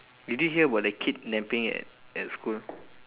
did you hear about the kidnapping at at school